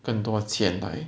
更多钱来